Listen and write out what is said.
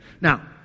Now